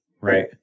Right